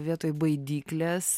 vietoj baidyklės